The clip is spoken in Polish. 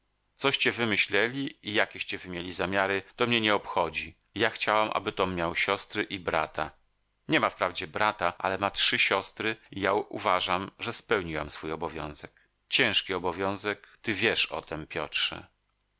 myśleli i jakieście wy mieli zamiary to mnie nie obchodzi ja chciałam aby tom miał siostry i brata nie ma wprawdzie brata ale ma trzy siostry i ja uważam że spełniłam swój obowiązek ciężki obowiązek ty wiesz o tem piotrze